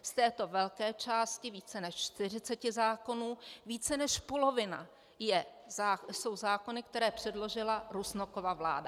Z této velké části více než 40 zákonů více než polovina jsou zákony, které předložila Rusnokova vláda.